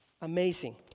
amazing